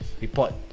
Report